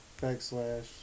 backslash